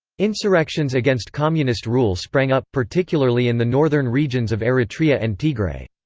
insurrections against communist rule sprang up, particularly in the northern regions of eritrea and tigray.